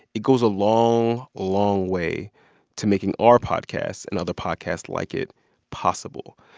it goes a long, long way to making our podcasts and other podcasts like it possible.